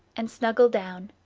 and snuggle down,